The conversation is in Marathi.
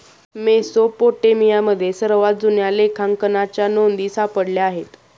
मेसोपोटेमियामध्ये सर्वात जुन्या लेखांकनाच्या नोंदी सापडल्या आहेत